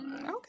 Okay